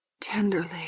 tenderly